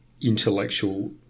intellectual